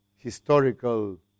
historical